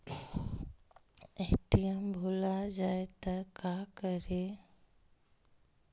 ATM भुला जाये त का करि?